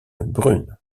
brune